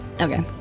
Okay